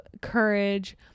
courage